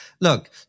look